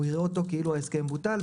הוא יראה אותו כאילו ההסכם בוטל,